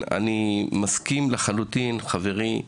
חברי,